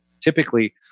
typically